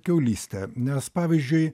kiaulystė nes pavyzdžiui